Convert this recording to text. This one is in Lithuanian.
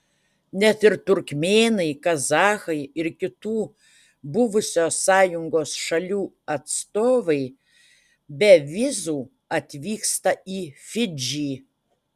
net ir turkmėnai kazachai ir kitų buvusios sąjungos šalių atstovai be vizų atvyksta į fidžį